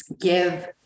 give